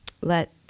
let